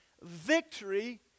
victory